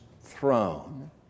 throne